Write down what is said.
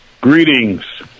greetings